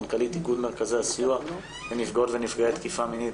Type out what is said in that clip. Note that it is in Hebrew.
מנכ"לית איגוד מרכזי הסיוע לנפגעות ונפגעי תקיפה מינית.